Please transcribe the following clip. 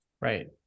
right